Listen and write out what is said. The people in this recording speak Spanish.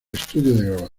estudio